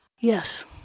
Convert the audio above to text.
Yes